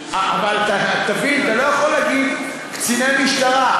אבל תבין, אתה לא יכול להגיד: קציני משטרה.